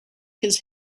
his